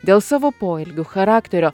dėl savo poelgių charakterio